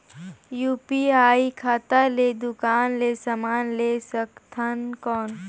UPI खाता ले दुकान ले समान ले सकथन कौन?